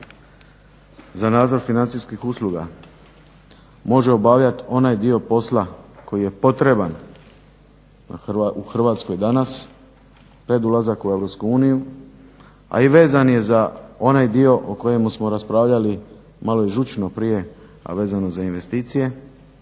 za nadzor financijskih usluga može obavljati onaj dio posla koji je potreban u Hrvatskoj danas pred ulazak u EU, a i vezan je za onaj dio o kojemu smo raspravljali malo i žučno prije a vezano za investicije.